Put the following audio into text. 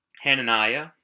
Hananiah